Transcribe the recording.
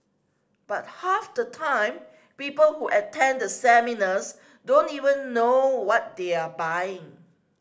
but half the time people who attend the seminars don't even know what they are buying